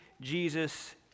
Jesus